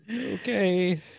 Okay